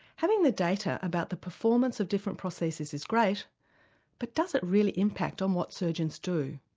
having the data about the performance of different prostheses is great but does it really impact on what surgeons do?